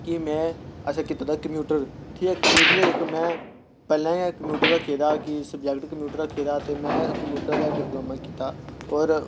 में असें कीते दा कंप्यूटर ठीक ऐ कंप्यूटर जेह्का में पैह्लें गै कंप्यूटर रक्खे दा कि सबजैक्ट कंप्यूटर रक्खे दा ते में कंप्यूटर दा डिप्लोमा कीता होर